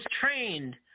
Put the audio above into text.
trained